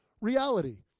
reality